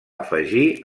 afegir